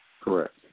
Correct